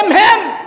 הם-הם.